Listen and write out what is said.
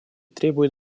требует